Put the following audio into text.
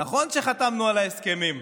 נכון שחתמנו על ההסכמים,